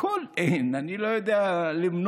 הכול אין, אני לא יודע למנות.